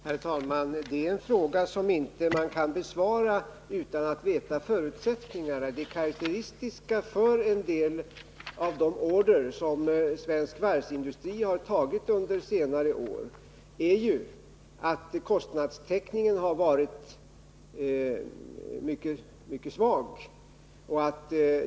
Herr talman! Detta är en fråga som inte kan besvaras utan att man känner till förutsättningarna. Det karakteristiska för en del av de order som Svenska Varv har tagit under senare år är ju att kostnadstäckningen har varit mycket svag.